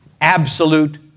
absolute